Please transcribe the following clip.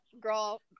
Girl